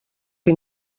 que